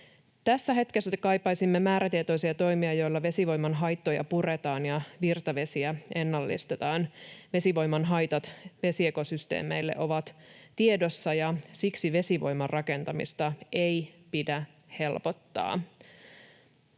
Tässä hetkessä kaipaisimme määrätietoisia toimia, joilla vesivoiman haittoja puretaan ja virtavesiä ennallistetaan. Vesivoiman haitat vesiekosysteemeille ovat tiedossa, ja siksi vesivoiman rakentamista ei pidä helpottaa.